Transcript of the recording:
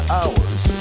hours